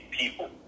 people